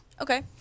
Okay